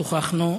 שוחחנו,